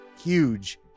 huge